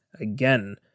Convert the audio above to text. again